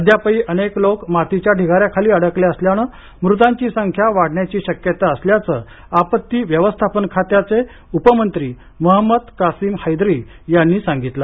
अद्यापही अनेक लोक मातीच्या ढिगाऱ्यांखाली अडकले असल्यानं मृतांची संख्या वाढण्याची शक्यता असल्याचं आपत्ती व्यवस्थापन खात्याचे उपमंत्री महंमद कासीम हैदरी यांनी सांगितलं